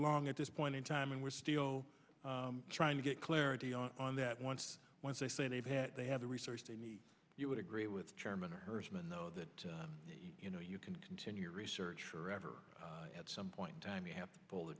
long at this point in time and we're still trying to get clarity on that once once i say they've had they have the research they need you would agree with chairman hersman though that you know you can continue your research forever at some point in time you have to pull the